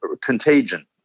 contagion